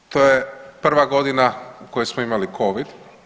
To je prva godina u kojoj smo imali Covid.